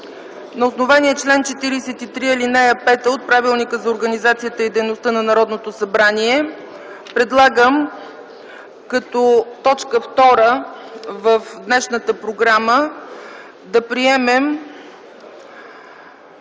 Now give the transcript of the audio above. на основание чл. 43, ал. 5 от Правилника за организацията и дейността на Народното събрание предлагам като точка втора в днешната програма да приемем